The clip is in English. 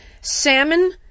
salmon